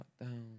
down